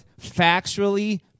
factually